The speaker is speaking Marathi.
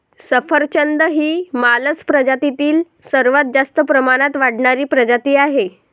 सफरचंद ही मालस प्रजातीतील सर्वात जास्त प्रमाणात वाढणारी प्रजाती आहे